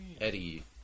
Eddie